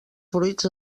fruits